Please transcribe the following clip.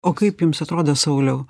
o kaip jums atrodo sauliau